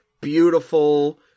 beautiful